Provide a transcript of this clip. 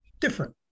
different